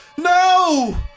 No